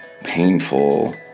painful